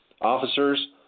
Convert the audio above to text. Officers